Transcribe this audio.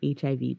HIV